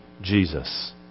Jesus